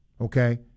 Okay